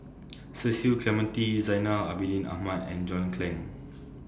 Cecil Clementi Zainal Abidin Ahmad and John Clang